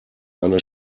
eine